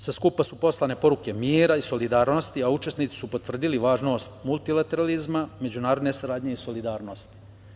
Sa skupa su poslane poruke mira i solidarnosti, a učesnici su potvrdili važnost multilateralizma, međunarodne saradnje i solidarnosti.